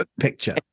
picture